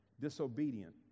disobedient